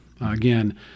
Again